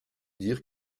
dire